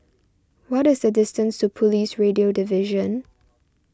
what is the distance to Police Radio Division